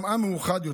גם עם מאוחד יותר,